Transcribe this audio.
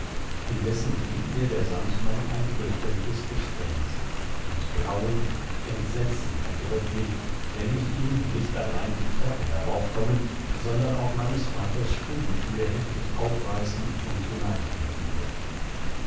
indessen blieb mir der sandmann ein fürchterliches gespenst und grauen entsetzen ergriff mich wenn ich ihn nicht allein die treppe heraufkommen sondern auch meines vaters stubentür heftig aufreißen und hineintreten hörte